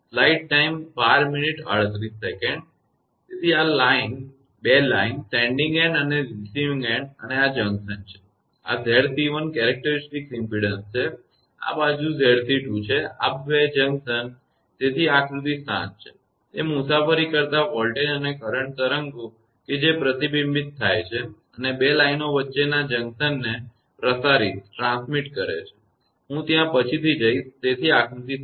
તેથી આ બે લાઇન સેન્ડીંગ એન્ડ અને રિસીવીંગ એન્ડ અને આ જંકશન છે આ 𝑍𝑐1 characteristic impedance લાક્ષણિક ઇમપેડન્સ છે આ બાજુ 𝑍𝑐2 છે આ બે જંકશન તેથી આ આકૃતિ 7 છે તે મુસાફરી કરતાં વોલ્ટેજ અને કરંટ તરંગો કે જે પ્રતિબિંબિત થાય છે અને બે લાઇનો વચ્ચેના જંકશનને પ્રસારિત કરે છે હું ત્યાં પછીથી જઇશ તેથી આકૃતિ 7